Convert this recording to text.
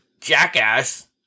jackass